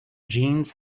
jeans